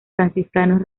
franciscanos